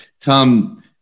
Tom